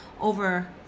over